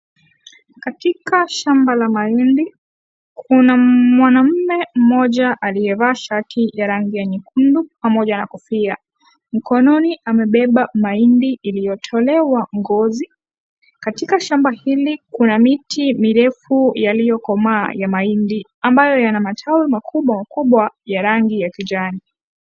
Katika shamba la mahindi, kuna mwanamume mmoja aliyevaa shati ya rangi ya nyekundu, pamoja na kofia. Mkononi amebeba mahindi iliyotolewa ngozi. Katika shamba hili ,kuna miti mirefu yaliyokomaa ya mahindi ambayo yana matawi makubwa makubwa ya rangi ya kijani.